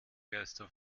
geistern